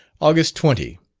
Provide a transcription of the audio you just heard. august twenty.